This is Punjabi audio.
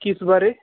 ਕਿਸ ਬਾਰੇ